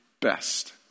best